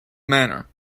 manner